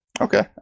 Okay